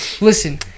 listen